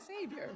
Savior